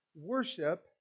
worship